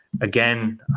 again